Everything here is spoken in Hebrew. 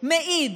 מעיד